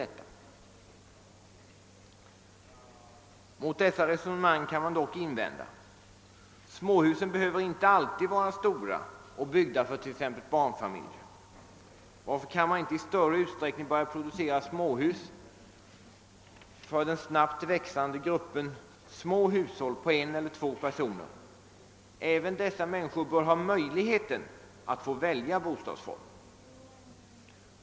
Mot det första av dessa resonemang kan invändas att småhusen inte alltid behöver vara stora och byggda för t.ex. barnfamiljer. Varför kan man inte i större utsträckning börja producera småhus för den snabbt växande gruppen små hushåll på en eller två personer? Även dessa människor bör ha möjlighet att välja bostadsform.